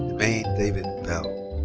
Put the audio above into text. demaine david bell.